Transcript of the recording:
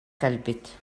кэлбит